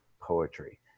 poetry